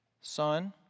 Son